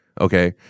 okay